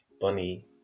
Bunny